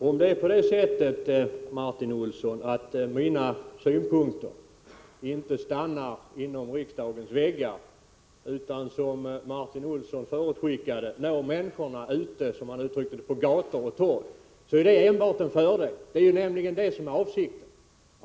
Fru talman! Om mina synpunkter inte stannar inom riksdagens väggar utan når människorna, som Martin Olsson uttryckte det, på gator och torg, är det enbart en fördel. Det är nämligen det som är avsikten.